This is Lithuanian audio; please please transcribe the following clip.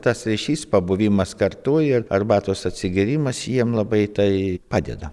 tas ryšys pabuvimas kartu ir arbatos atsigėrimas jiem labai tai padeda